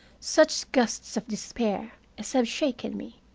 such gusts of despair, as have shaken me.